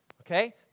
Okay